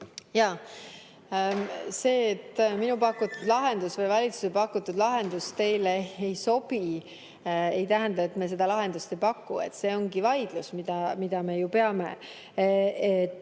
palun! See, et minu pakutud lahendus või valitsuse pakutud lahendus teile ei sobi, ei tähenda, et me seda lahendust ei paku. See ongi vaidlus, mida me ju peame. See